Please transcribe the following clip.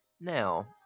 Now